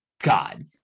God